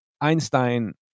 Einstein